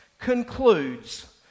concludes